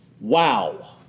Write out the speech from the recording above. Wow